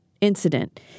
incident